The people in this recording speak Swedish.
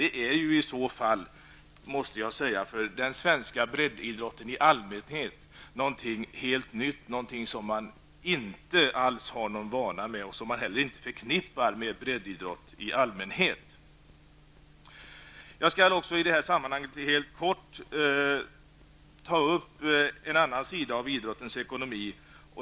Detta är i så fall för den svenska breddidrotten i allmänhet någonting helt nytt, någonting man inte alls har någon vana av och som man heller inte förknippar med breddidrott i allmänhet. Jag skall också i det här sammanhanget helt kort ta upp en annan sida av idrottens ekonomi.